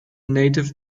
native